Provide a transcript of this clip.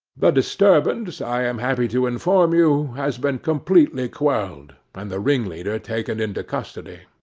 the disturbance, i am happy to inform you, has been completely quelled, and the ringleader taken into custody.